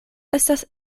estas